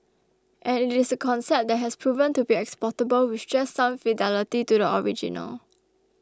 and it is a concept that has proven to be exportable with just some fidelity to the original